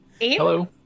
Hello